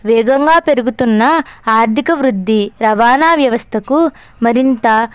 వేగంగా పెరుగుతున్న ఆర్థిక వృద్ధి రవాణా వ్యవస్థకు మరింత